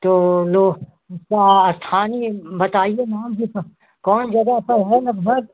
तो लो का स्थानीय बताइए नाम जैसा कौन जगह पर है लगभग